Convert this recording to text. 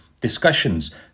Discussions